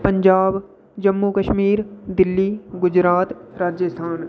Punjab Jammu Kashmir Delhi Gujarat Rajasthan